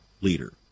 leader